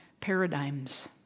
paradigms